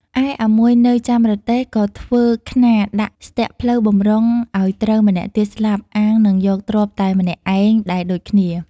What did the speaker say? ឯអាមួយនៅ ចាំរទេះក៏ធ្វើខ្នារដាក់ស្ទាក់ផ្លូវបម្រុងឱ្យត្រូវម្នាក់ទៀតស្លាប់អាល់នឹងយកទ្រព្យតែម្នាក់ឯងដែរដូចគ្នា។